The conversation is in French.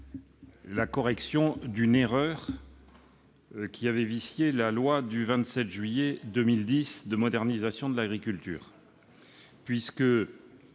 12 corrigeait une erreur qui avait vicié la loi du 27 juillet 2010 de modernisation de l'agriculture